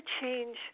change